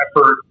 effort